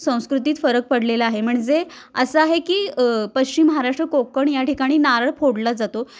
संस्कृतीत फरक पडलेला आहे म्हणजे असं आहे की पश्चिम महाराष्ट्र कोकण या ठिकाणी नारळ फोडला जातो